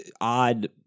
odd